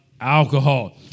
alcohol